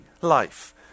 life